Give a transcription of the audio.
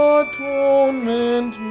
atonement